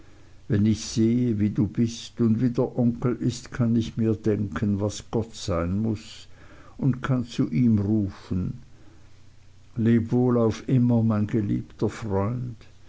wenn ich sehe wie du bist und wie der onkel ist kann ich mir denken was gott sein muß und kann zu ihm rufen leb wohl auf immer mein geliebter freund